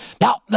Now